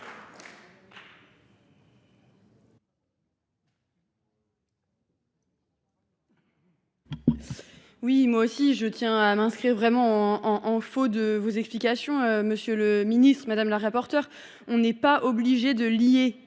vote. Moi aussi je tiens à m’inscrire en faux contre vos explications, monsieur le ministre, madame la rapporteure : on n’est pas obligé de lier